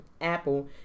Apple